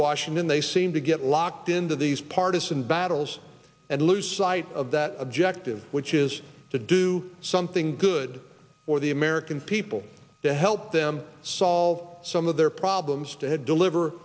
washington they seem to get locked into these partisan battles and lose sight of that objective which is to do something good for the american people to help them solve some of their problems to have deliver